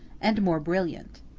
and more brilliant.